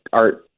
art